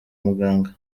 muganga